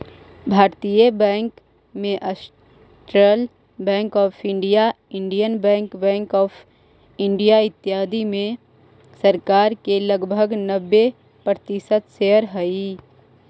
भारतीय बैंक में central bank of India, Indian bank, bank of India, इत्यादि में सरकार के लगभग नब्बे प्रतिशत शेयर हइ